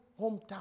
hometown